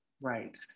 Right